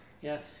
Yes